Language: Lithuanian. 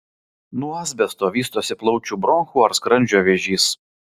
nuo asbesto vystosi plaučių bronchų ar skrandžio vėžys